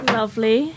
lovely